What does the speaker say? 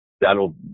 that'll